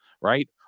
right